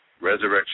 Resurrection